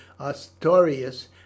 astorius